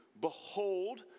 Behold